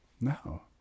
No